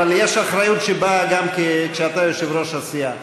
אבל יש אחריות גם כשאתה יושב-ראש הסיעה,